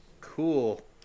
cool